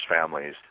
families